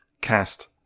cast